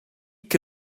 che